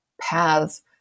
paths